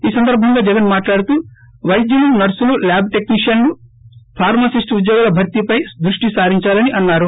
ఈ సందర్భంగా జగన్ మాట్లాడుతూ వైద్యులు నర్పులు ల్యాబ్ టెక్పీ షియన్లు ఫార్మాసిస్టు ఉద్యోగాల భర్తీపైనా దృష్టి సారించాలని అన్నారు